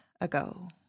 ago